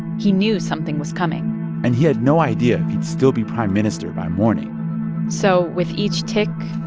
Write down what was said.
he knew something was coming and he had no idea if he'd still be prime minister by morning so with each tick,